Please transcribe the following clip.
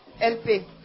LP